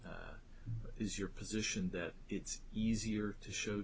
is your position that it's easier to shoot